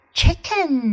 chicken